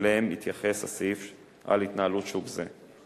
שאליהם מתייחס הסעיף על התנהלות שוק זה.